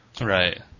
Right